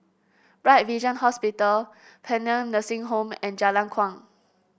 Bright Vision Hospital Paean Nursing Home and Jalan Kuang